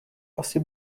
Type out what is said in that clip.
asi